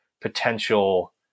potential